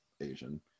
asian